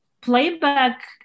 Playback